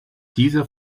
dieser